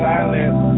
Silence